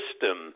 system